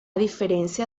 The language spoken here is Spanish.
diferencia